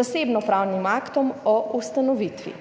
zasebno-pravnim aktom o ustanovitvi.